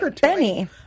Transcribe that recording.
benny